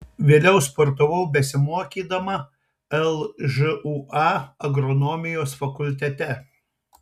vėliau sportavau besimokydama lžūa agronomijos fakultete